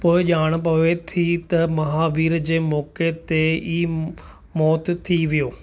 पोइ ॼाण पवे थी त महाबीर जे मौक़े ते ई मौत थी वियो